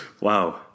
Wow